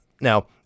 now